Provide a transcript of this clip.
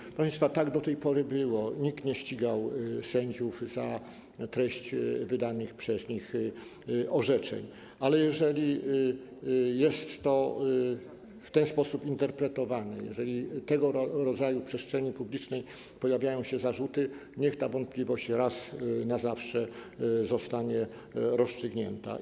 Proszę państwa, tak do tej pory było, nikt nie ścigał sędziów za treść wydanych przez nich orzeczeń, ale jeżeli jest to w ten sposób interpretowane, jeżeli w przestrzeni publicznej pojawiają się tego rodzaju zarzuty, niech ta wątpliwość raz na zawsze zostanie rozstrzygnięta.